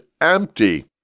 empty